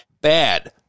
Bad